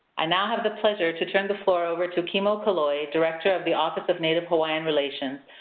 i now have the pleasure to turn the floor over to kimo kaloi, director of the office of native hawaiian relations,